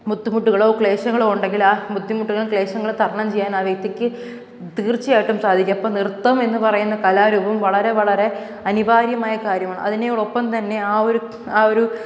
ബുദ്ധിമുട്ടുകളോ ക്ലേശങ്ങളോ ഉണ്ടെങ്കിൽ ആ ബുദ്ധിമുട്ടുകളും ക്ലേശങ്ങളും തരണം ചെയ്യാനാണ് വ്യക്തിക്ക് തീർച്ചയായിട്ടും സാധിക്കും അപ്പം നൃത്തം എന്ന് പറയുന്ന കലാ രൂപം വളരെ വളരെ അനിവാര്യമായ കാര്യമാണ് അതിനോടൊപ്പം തന്നെ ആ ഒരു ആ ഒരു